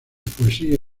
poesía